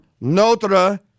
Notre